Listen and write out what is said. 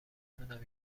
تونم